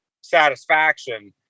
satisfaction